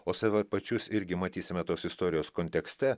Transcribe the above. o save pačius irgi matysime tos istorijos kontekste